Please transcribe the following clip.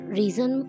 reason